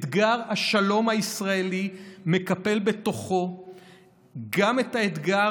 אתגר השלום הישראלי מקפל בתוכו גם את האתגר